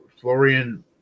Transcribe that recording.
Florian